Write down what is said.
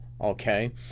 okay